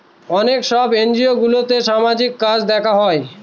অনেক সব এনজিওগুলোতে সামাজিক কাজ দেখা হয়